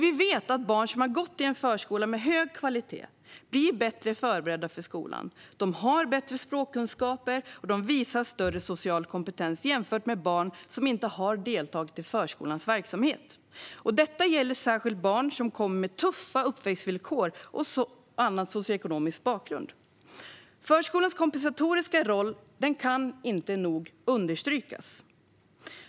Vi vet att barn som har gått i en förskola med hög kvalitet blir bättre förberedda för skolan, har bättre språkkunskaper och visar större social kompetens än barn som inte har deltagit i förskolans verksamhet. Detta gäller särskilt barn med tuffa uppväxtvillkor och annan socioekonomisk bakgrund. Förskolans kompensatoriska roll kan inte nog understrykas.